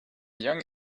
young